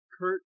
Kurt